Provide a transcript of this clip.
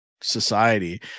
society